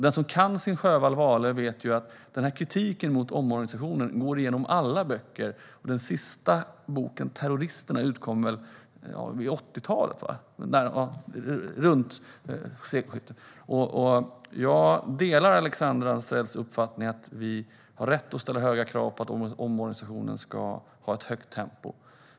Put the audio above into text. Den som kan sin Sjöwall Wahlöö vet att den här kritiken mot omorganisationen går igenom alla böcker. Den sista boken, Terroristerna , utkom väl ungefär på 80-talet. Jag delar Alexandra Anstrells uppfattning att vi har rätt att ställa höga krav på att omorganisationen ska ha ett högt tempo.